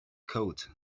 code